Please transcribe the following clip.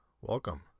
Welcome